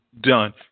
done